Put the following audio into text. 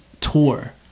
tour